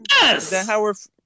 Yes